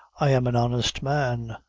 i am an honest man!